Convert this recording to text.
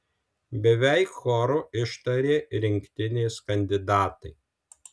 beveik choru ištarė rinktinės kandidatai